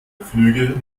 flüge